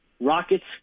Rockets